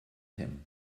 him